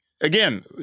Again